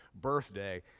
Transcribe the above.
birthday